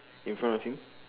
in front if him